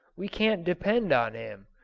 we can't depend on him.